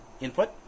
input